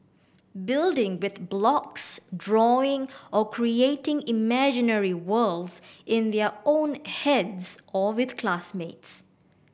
building with blocks drawing or creating imaginary worlds in their own heads or with classmates